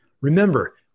Remember